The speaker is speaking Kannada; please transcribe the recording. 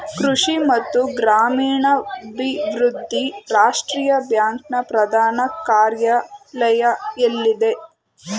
ಕೃಷಿ ಮತ್ತು ಗ್ರಾಮೀಣಾಭಿವೃದ್ಧಿ ರಾಷ್ಟ್ರೀಯ ಬ್ಯಾಂಕ್ ನ ಪ್ರಧಾನ ಕಾರ್ಯಾಲಯ ಎಲ್ಲಿದೆ?